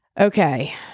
okay